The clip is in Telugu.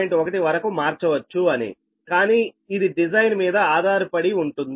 1 వరకు మార్చవచ్చు అనికానీ ఇది డిజైన్ మీద ఆధారపడి ఉంటుంది